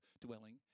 dwelling